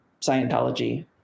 Scientology